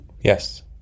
Yes